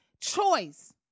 choice